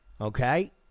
Okay